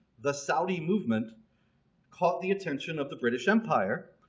the saudi movement caught the attention of the british empire,